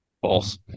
False